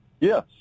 Yes